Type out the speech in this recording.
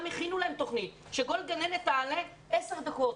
הכינו להם תוכנית שכל גננת תעלה עשר דקות,